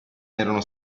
erano